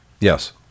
Yes